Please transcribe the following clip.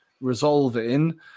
resolving